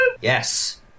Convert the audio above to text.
Yes